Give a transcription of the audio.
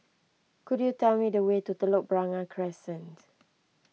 could you tell me the way to Telok Blangah Crescent